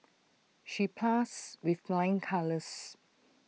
she passed with flying colours